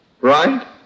right